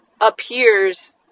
appears